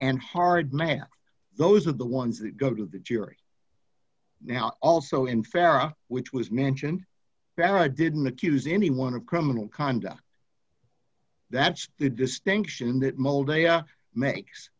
and hard man those are the ones that got to the jury now also in farah which was mansion where i didn't accuse anyone of criminal conduct that's the distinction that m